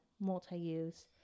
multi-use